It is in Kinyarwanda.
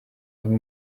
aho